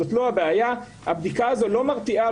הבדיקה הזו לא מרתיעה,